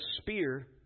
spear